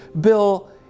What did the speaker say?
Bill